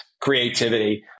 creativity